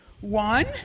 one